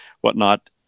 whatnot